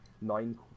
nine